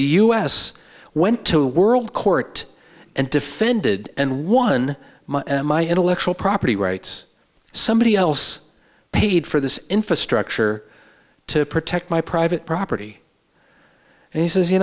s went to world court and defended and won my intellectual property rights somebody else paid for this infrastructure to protect my private property and he says you